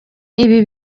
ibi